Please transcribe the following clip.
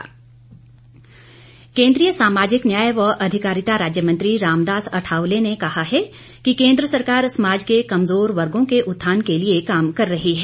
केंद्रीय मंत्री केंद्रीय सामाजिक न्याय एवं अधिकारिता राज्य मंत्री रामदास अठावले ने कहा है कि केंद्र सरकार समाज के कमजोर वर्गों के उत्थान के लिए काम कर रही है